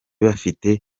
bafite